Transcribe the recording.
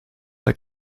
like